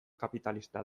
kapitalista